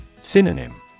Synonym